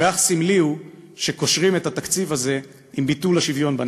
ואך סמלי הוא שקושרים את התקציב הזה עם ביטול השוויון בנטל,